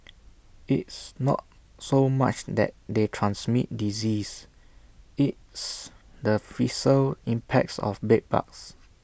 it's not so much that they transmit disease it's the fiscal impacts of bed bugs